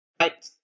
right